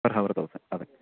per hour thousand അതേ